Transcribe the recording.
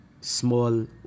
small